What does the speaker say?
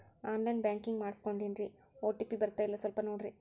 on line banking ಮಾಡಿಸ್ಕೊಂಡೇನ್ರಿ OTP ಬರ್ತಾಯಿಲ್ಲ ಸ್ವಲ್ಪ ನೋಡ್ರಿ